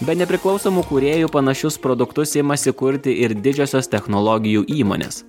be nepriklausomų kūrėjų panašius produktus imasi kurti ir didžiosios technologijų įmonės